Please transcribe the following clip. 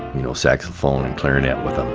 you know, saxophone and clarinet with them